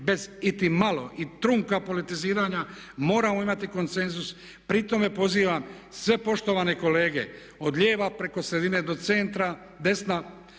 bez iti malo i trunka politiziranja moramo imati konsenzus. Pri tome pozivam sve poštovane kolege od lijeva preko sredine do centra, desna,